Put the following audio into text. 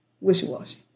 wishy-washy